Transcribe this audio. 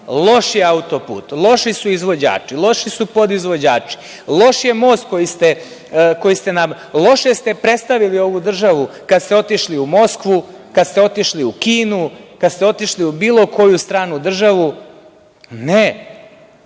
loš je auto-put, loši su izvođači, loši su podizvođači, loš je most, loše ste predstavili ovu državu kad ste otišli u Moskvu, kad ste otišli u Kinu, kad ste otišli u bilo koju stranu državu. Ne. Bar